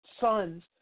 sons